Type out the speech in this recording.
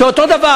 שאותו דבר,